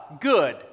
good